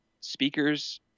speakers